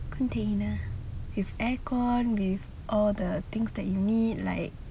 container with aircon with all the things you need like